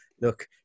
look